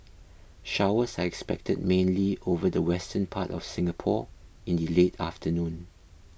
showers are expected mainly over the western part of Singapore in the late afternoon